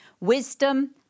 Wisdom